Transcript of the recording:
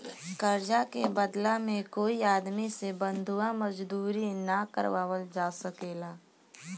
कर्जा के बदला में कोई आदमी से बंधुआ मजदूरी ना करावल जा सकेला